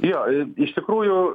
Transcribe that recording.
jo iš tikrųjų